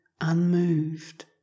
unmoved